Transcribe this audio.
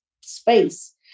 space